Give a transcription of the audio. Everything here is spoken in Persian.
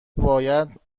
باید